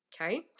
Okay